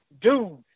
dude